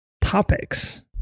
topics